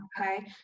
Okay